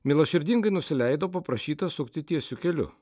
mielaširdingai nusileido paprašytas sukti tiesiu keliu